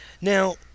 Now